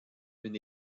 une